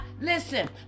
listen